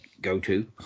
go-to